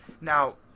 Now